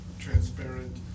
transparent